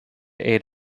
aid